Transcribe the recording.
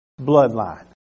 bloodline